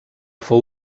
fou